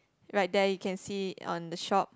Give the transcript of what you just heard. right there you can see on the shop